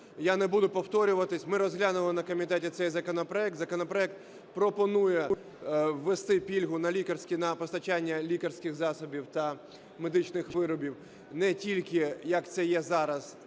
Я не буду повторюватись, ми розглянули на комітеті цей законопроект. Законопроект пропонує ввести пільгу на постачання лікарських засобів та медичних виробів не тільки як це є зараз,